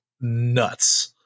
nuts